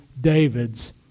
David's